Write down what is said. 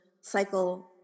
cycle